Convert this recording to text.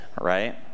right